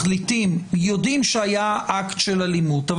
כשיודעים שהיה אקט של אלימות של גננת,